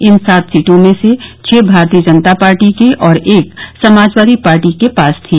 इन सात सीटों में से छः भारतीय जनता पार्टी के और एक समाजवादी पार्टी के पास थी